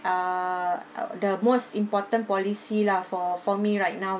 uh uh the most important policy lah for for me right now